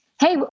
Hey